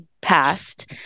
passed